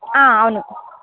ఆ అవును